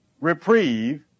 reprieve